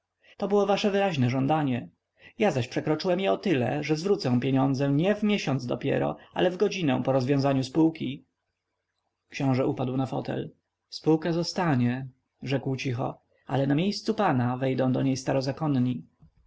to było wasze wyraźne żądanie ja zaś przekroczyłem je o tyle że zwrócę pieniądze nie w miesiąc dopiero ale w godzinę po rozwiązaniu spółki książe upadł na fotel spółka zostanie rzekł cicho ale na miejsce pana wejdą do niej